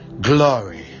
glory